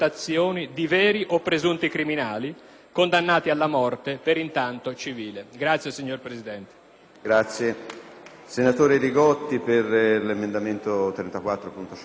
condannati alla "morte (per intanto) civile"».